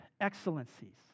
excellencies